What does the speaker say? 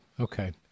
okay